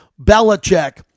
Belichick